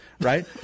right